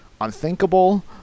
unthinkable